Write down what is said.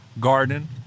garden